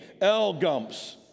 L-Gumps